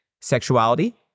sexuality